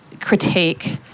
critique